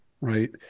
right